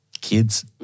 Kids